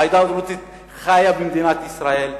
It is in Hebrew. העדה הדרוזית חיה במדינת ישראל,